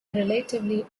relatively